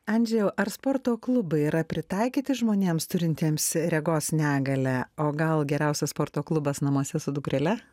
andžejau ar sporto klubai yra pritaikyti žmonėms turintiems regos negalią o gal geriausias sporto klubas namuose su dukrele